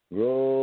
Grow